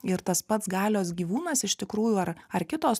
ir tas pats galios gyvūnas iš tikrųjų ar ar kitos